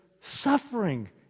suffering